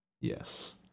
Yes